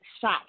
shot